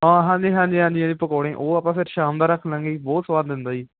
ਹਾਂ ਹਾਂਜੀ ਹਾਂਜੀ ਹਾਂਜੀ ਪਕੌੜੇ ਉਹ ਆਪਾਂ ਫਿਰ ਸ਼ਾਮ ਦਾ ਰੱਖ ਲਾਂਗੇ ਜੀ ਬਹੁਤ ਸੁਆਦ ਦਿੰਦਾ ਜੀ